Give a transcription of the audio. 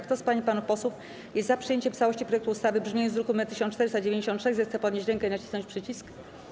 Kto z pań i panów posłów jest za przyjęciem w całości projektu ustawy w brzmieniu z druku nr 1496, zechce podnieść rękę i nacisnąć przycisk.